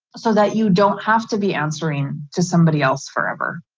so that you don't have to be answering to somebody else forever.